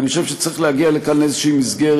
אני חושב שצריך להגיע לכאן לאיזושהי מסגרת,